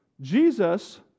Jesus